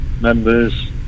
members